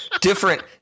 different